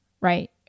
right